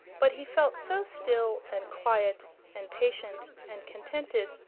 but he felt so still and quiet and patient and contented,